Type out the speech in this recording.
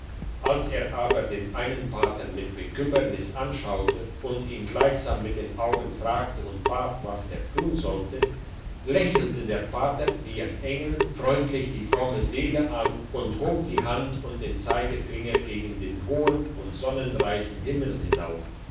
als er aber den einen pater mit bekümmernis anschaute und ihn gleichsam mit den augen fragte und bat was er tun sollte lächelte der pater wie ein engel freundlich die fromme seele an und hob die hand und den zeigefinger gegen den hohen und sonnenreichen himmel hinauf